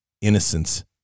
innocence